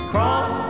Cross